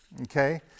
Okay